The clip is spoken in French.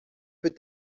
peux